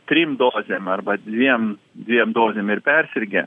drim dozėm arba dviem dviem dozėm ir persirgę